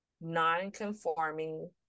non-conforming